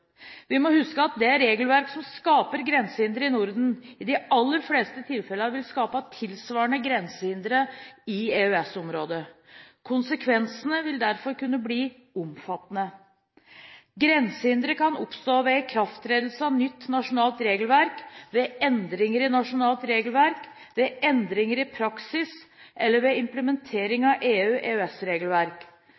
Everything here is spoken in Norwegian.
Vi må huske at det regelverket som skaper grensehindre i Norden, i de aller fleste tilfeller vil skape tilsvarende grensehindre i EØS-området. Konsekvensene vil derfor kunne bli omfattende. Grensehindre kan oppstå ved ikrafttredelse av nytt nasjonalt regelverk, ved endringer i nasjonalt regelverk, ved endringer i praksis eller ved implementering